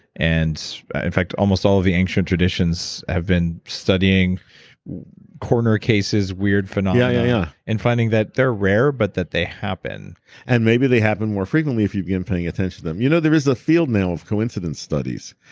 and in fact, almost all of the ancient traditions have been studying coroner cases, weird phenomena yeah and finding that they're rare, but that they happen and maybe they happen more frequently if you begin paying attention to them you know there is a field now of coincidence studies.